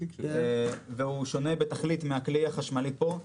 והוא שונה בתכלית מהכלי החשמלי פה.